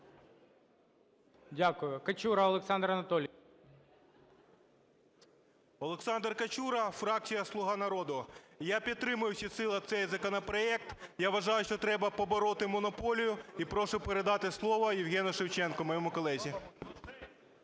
Дякую. Качура Олександр Анатолійович. 13:32:44 КАЧУРА О.А. Олександр Качура, фракція "Слуга народу". Я підтримую всеціло цей законопроект. Я вважаю, що треба побороти монополію. І прошу передати слово Євгену Шевченку, моєму колезі.